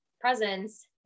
presents